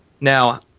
Now